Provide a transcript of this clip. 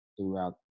throughout